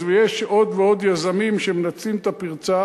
אז יש עוד ועוד יזמים שמנצלים את הפרצה